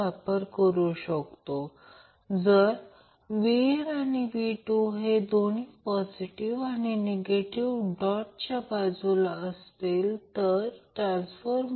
ज्याला आपण C म्हणतो तो 320 पिकोफॅरड दिला आहे 320 10 12 L ज्यातून L 2